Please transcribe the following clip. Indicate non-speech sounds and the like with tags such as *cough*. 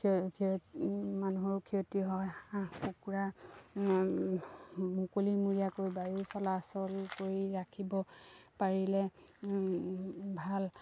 *unintelligible* মানুহৰ ক্ষতি হয় হাঁহ কুকুৰা মুকলিমূৰীয়াকৈ বায়ু চলাচল কৰি ৰাখিব পাৰিলে ভাল